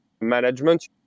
management